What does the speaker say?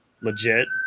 legit